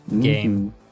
game